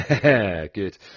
good